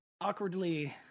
awkwardly